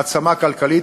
מעצמה כלכלית,